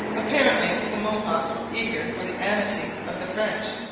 apparently the mohawks were eager for the amity of the french.